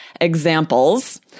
examples